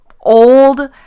old